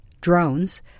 drones